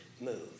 move